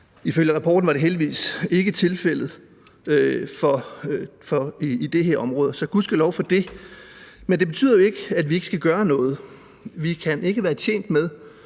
Ifølge rapporten er det heldigvis ikke tilfældet i det område, så gudskelov for det. Men det betyder jo ikke, at vi ikke skal gøre noget. Vi kan ikke være tjent med